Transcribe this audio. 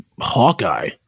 Hawkeye